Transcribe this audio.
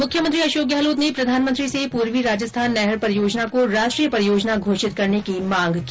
मुख्यमंत्री अशोक गहलोत ने प्रधानमंत्री से पूर्वी राजस्थान नहर परियोजना को राष्ट्रीय परियोजना घोषित करने की मांग की